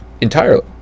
entirely